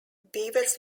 beavers